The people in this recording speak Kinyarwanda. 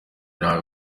nta